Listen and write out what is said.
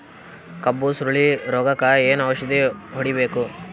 ಕಬ್ಬು ಸುರಳೀರೋಗಕ ಏನು ಔಷಧಿ ಹೋಡಿಬೇಕು?